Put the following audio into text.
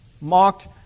Mocked